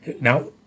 Now